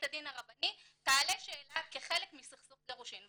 הדין הרבני תעלה שאלה כחלק מסכסוך גירושין.